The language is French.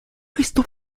risto